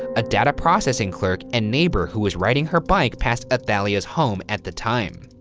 a data processing clerk and neighbor who was riding her bike past athalia's home at the time.